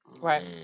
Right